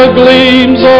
gleams